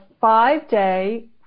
five-day